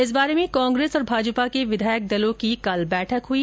इस बारे में कांग्रेस और भाजपा के विधायक दलों की कल बैठक हुई